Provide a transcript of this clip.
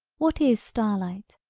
what is star-light,